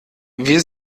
wir